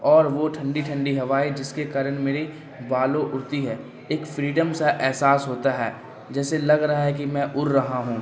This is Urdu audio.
اور وہ ٹھنڈی ٹھنڈی ہوائیں جس کے کارن میری بالو اڑتی ہے ایک فریڈم سا احساس ہوتا ہے جیسے لگ رہا ہے کہ میں اڑ رہا ہوں